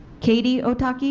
katie ohtake?